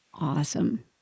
awesome